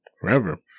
Forever